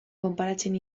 konparatzen